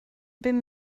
bum